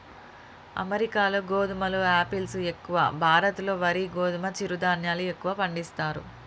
అమెరికాలో గోధుమలు ఆపిల్స్ ఎక్కువ, భారత్ లో వరి గోధుమ చిరు ధాన్యాలు ఎక్కువ పండిస్తారు